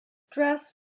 dress